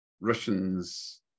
Russians